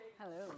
Hello